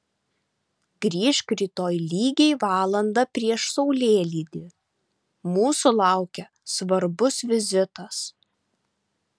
grįžk rytoj lygiai valandą prieš saulėlydį mūsų laukia svarbus vizitas